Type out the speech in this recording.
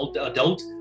adult